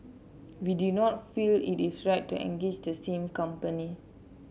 we do not feel it is right to engage the same company